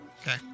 Okay